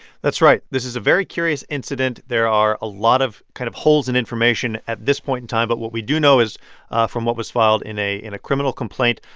that's right. this is a very curious incident. there are a lot of kind of holes in information at this point in time. but what we do know is from what was filed in a in a criminal complaint.